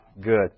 good